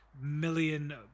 million